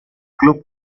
club